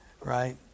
right